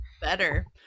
Better